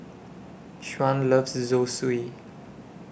Shaun loves Zosui